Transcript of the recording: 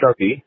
Sharpie